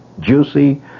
juicy